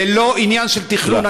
זה לא עניין של תכנון,